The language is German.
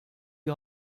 die